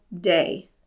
day